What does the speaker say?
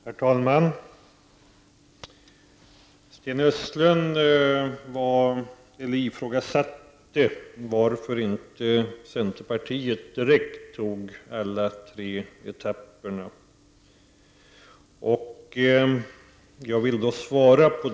Herr talman! Sten Östlund ifrågasatte varför centerpartiet inte direkt tog alla tre etapperna.